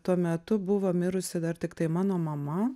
tuo metu buvo mirusi dar tiktai mano mama